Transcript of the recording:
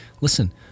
listen